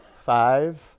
Five